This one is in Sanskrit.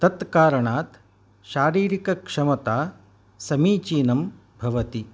तत्कारणात् शारीरिकक्षमता समीचीनं भवति